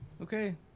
Okay